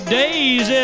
days